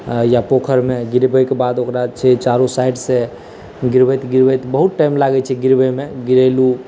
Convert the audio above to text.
या पोखरिमे गिरबैके बाद ओकरा छै चारू साइडसँ गिरबैत गिरबैत बहुत टाइम लागै छै गिरबैमे गिरेलहुँ